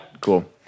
Cool